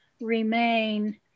remain